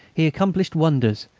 he accomplished wonders,